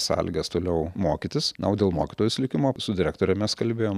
sąlygas toliau mokytis na o dėl mokytojos likimo su direktore mes kalbėjom